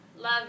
love